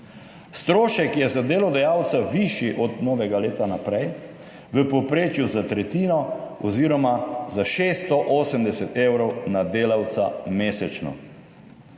Strošek je za delodajalca višji od novega leta naprej v povprečju za tretjino oziroma za 680 evrov na delavca mesečno.